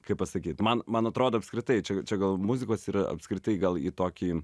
kaip pasakyti man man atrodo apskritai čia jau čia gal muzikos ir apskritai gal į tokį